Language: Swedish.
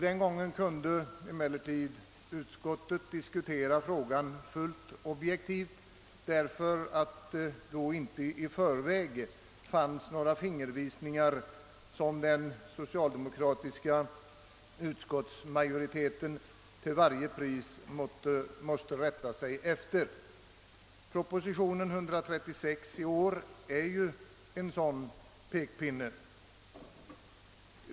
Den gången kunde emellertid utskottet diskutera frågan fullt objektivt, därför att det då inte fanns några fingervisningar som den socialdemokratiska utskottsmajoriteten till varje pris måste rätta sig efter. Men proposition nr 136 i år är en pekpinne.